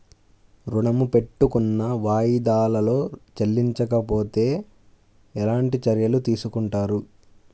ఋణము పెట్టుకున్న వాయిదాలలో చెల్లించకపోతే ఎలాంటి చర్యలు తీసుకుంటారు?